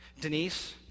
Denise